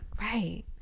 Right